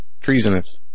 treasonous